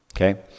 okay